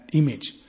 image